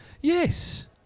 yes